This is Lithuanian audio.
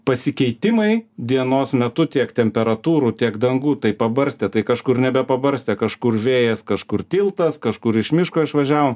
pasikeitimai dienos metu tiek temperatūrų tiek dangų tai pabarstė tai kažkur nebe pabarstė kažkur vėjas kažkur tiltas kažkur iš miško išvažiavom